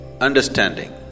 understanding